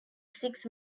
six